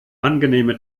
angenehme